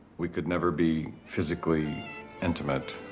we could never be physically intimate.